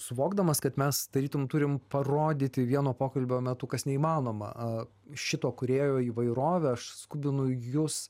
suvokdamas kad mes tarytum turim parodyti vieno pokalbio metu kas neįmanoma šito kūrėjo įvairovę aš skubinu jus